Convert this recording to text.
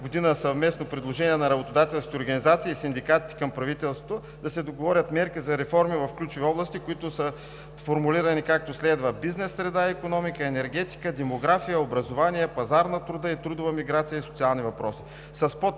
година съвместно предложение на работодателските организации и синдикатите към правителството, да се договорят мерки за реформи в ключови области, които са формулирани, както следва: бизнес среда и икономика, енергетика, демография, образование, пазар на труда и трудова миграция, и социални въпроси